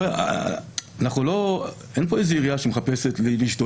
חבר'ה, אין פה איזו עירייה שמחפשת להשתולל.